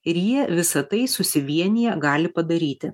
ir jie visa tai susivieniję gali padaryti